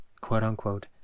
quote-unquote